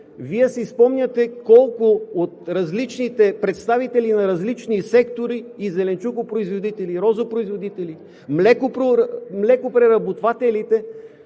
Вие си спомняте колко от различните представители на различни сектори – и зеленчукопроизводители, и розопроизводители, и млекопреработвателите,